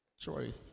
Troy